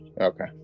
Okay